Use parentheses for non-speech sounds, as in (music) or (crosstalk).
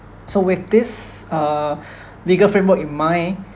so with this uh (breath) legal framework in mind